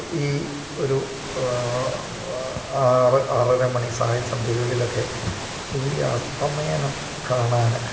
ഈ ഒരു ആറ് ആറ് അര മണി സായം സന്ധ്യകളിൽ ഒക്കെ സൂര്യാസ്ഥമയനം കാണാൻ